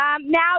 Now